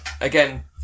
again